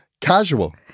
casual